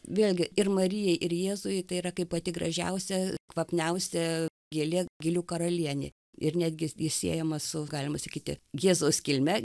vėlgi ir marijai ir jėzui tai yra kaip pati gražiausia kvapniausia gėlė gėlių karalienė ir netgi ji siejama su galima sakyti jėzaus kilme